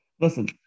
Listen